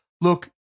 look